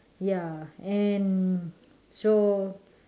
ya and so